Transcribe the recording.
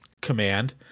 command